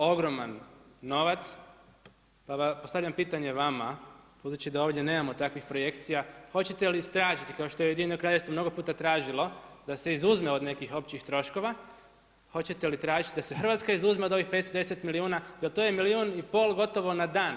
Ogroman novac, postavljam pitanje vama budući da ovdje nemamo takvih projekcija hoćete li istražiti kao što je Ujedinjeno Kraljevstvo mnogo puta tražilo da se izuzme od nekih općih troškova hoćete li tražiti da se Hrvatska izuzme od ovih 510 milijuna jer to je milijun i pol gotovo na dan.